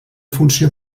funció